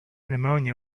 pneumonia